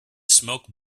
smoke